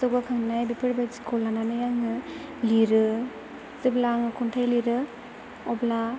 जौगाखांनाय बेफोर बायदिखौ लानानै आङो लिरो जेब्ला आङो खन्थाइ लिरो अब्ला